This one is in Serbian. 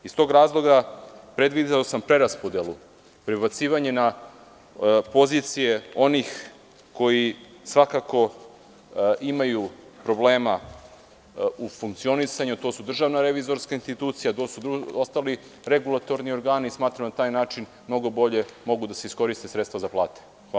Iz tog razloga, predvideo sam preraspodelu, prebacivanje na pozicije onih koji svakako imaju problema u funkcionisanju, a to su DRI, ostali regulatorni organi i smatram da na taj način mnogo bolje mogu da se iskoriste sredstva za plate.